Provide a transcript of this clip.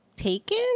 taken